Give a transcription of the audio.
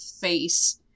face